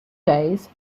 days